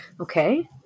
okay